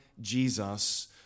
Jesus